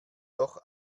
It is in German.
doch